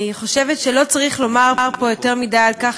אני חושבת שלא צריך לומר פה יותר מדי על כך